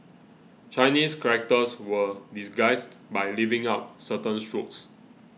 Chinese characters were disguised by leaving out certain strokes